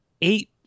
eight